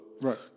Right